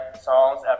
songs